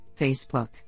Facebook